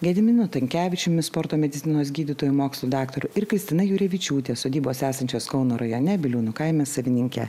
gediminu tankevičiumi sporto medicinos gydytoju mokslų daktaru ir kristina jurevičiūte sodybos esančios kauno rajone biliūnų kaime savininke